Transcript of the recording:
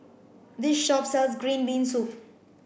this shop sells green bean soup